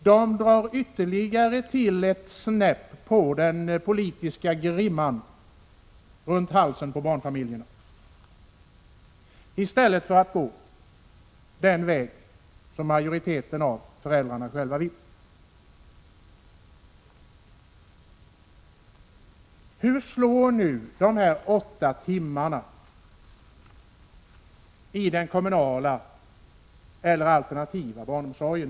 De drar åt ytterligare ett snäpp på den politiska grimman runt halsen på barnfamiljerna, i stället för att gå den väg som majoriteten av föräldrarna föredrar. Hur slår nu bestämmelsen om att daghem skall hålla öppet minst åtta timmar om dagen mot den kommunla och den alternativa barnomsorgen?